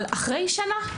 אבל אחרי שנה,